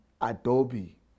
Adobe